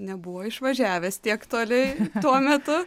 nebuvo išvažiavęs tiek toli tuo metu